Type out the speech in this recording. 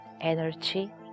energy